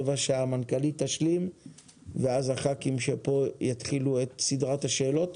המנכ"לית תשלים ואז הח"כים פה יתחילו את סדרת השאלות,